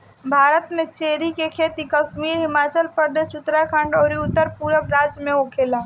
भारत में चेरी के खेती कश्मीर, हिमाचल प्रदेश, उत्तरखंड अउरी उत्तरपूरब राज्य में होखेला